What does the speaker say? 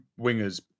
wingers